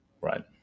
right